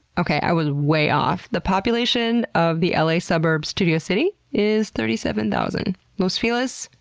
okay, i was way off. the population of the la suburb studio city is thirty seven thousand. los feliz,